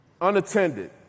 unattended